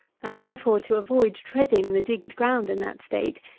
and therefore, to avoid treading the digged ground in that state,